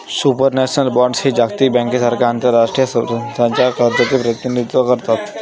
supranational bonds हे जागतिक बँकेसारख्या आंतरराष्ट्रीय संस्थांच्या कर्जाचे प्रतिनिधित्व करतात